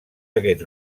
aquests